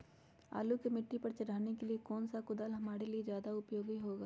आलू पर मिट्टी चढ़ाने के लिए कौन सा कुदाल हमारे लिए ज्यादा उपयोगी होगा?